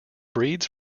breeds